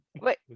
Wait